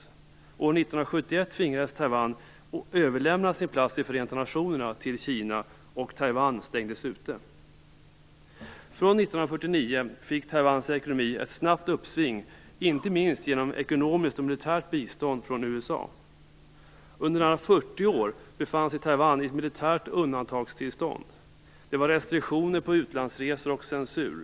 År 1971 tvingades Taiwan överlämna sin plats i Förenta nationerna till Efter 1949 fick Taiwans ekonomi ett snabbt uppsving inte minst genom ekonomiskt och militärt bistånd från USA. Under nära 40 år befann sig Taiwan i ett militärt undantagstillstånd. Det var restriktioner på utlandsresor och censur.